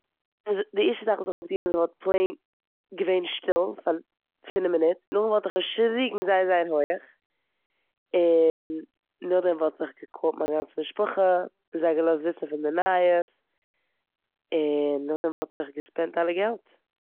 איז- די ערשטע זאך וואס איך וואלט געטון איז כ'וואלט פלעין געווען שטיל פאר פינף מינוט, נאכדעם וואלט איך געשריגן זייער, זייער הויך, און נאכדעם וואלט איך גע'קאל'ט מיין גאנצע משפחה און זיי געלאזט וויסן פון די נייעס און נאכדעם וואלט איך גע'ספענט אלע געלט.